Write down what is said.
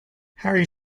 harry